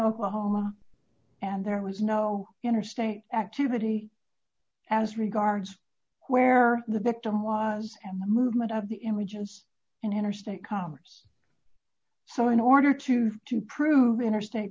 oklahoma and there was no interstate activity as regards where the victim was and the movement of the images in interstate commerce so in order to to prove interstate